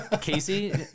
Casey